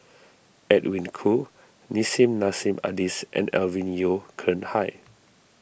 Edwin Koo Nissim Nassim Adis and Alvin Yeo Khirn Hai